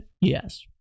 Yes